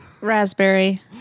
Raspberry